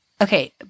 Okay